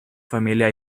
familia